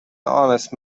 honest